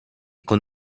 con